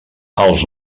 els